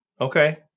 Okay